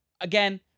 again